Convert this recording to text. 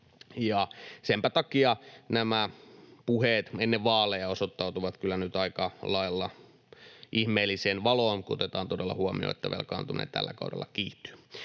senpä takia nämä puheet ennen vaaleja asettuvat kyllä nyt aika lailla ihmeelliseen valoon, kun otetaan todella huomioon, että velkaantuminen tällä kaudella kiihtyy.